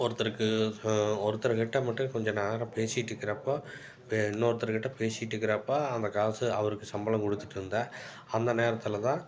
ஒருத்தருக்கு ஒருத்தர் கிட்டே மட்டும் கொஞ்சம் நேரம் பேசிகிட்டு இருக்கிறப்போ பெ இன்னொருத்தர் கிட்டே பேசிகிட்டு இருக்கிறப்போ அந்த காசு அவருக்கு சம்பளம் கொடுத்துட்டு இருந்தேன் அந்த நேரத்தில் தான்